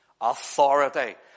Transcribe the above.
authority